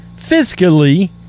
fiscally